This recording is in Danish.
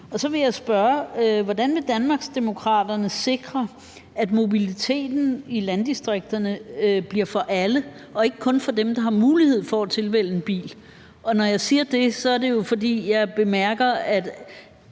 Og så vil jeg spørge, hvordan Danmarksdemokraterne vil sikre, at mobiliteten i landdistrikterne bliver for alle og ikke kun for dem, der har mulighed for at tilvælge en bil. Og når jeg siger det, er det jo, fordi jeg bemærker, at